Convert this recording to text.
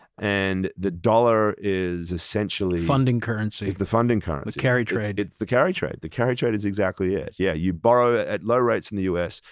and the dollar is essentially funding currency. is the funding currency. the carry trade. it's the carry trade. the carry trade is exactly it. yeah you borrow at low rates in the us,